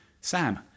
Sam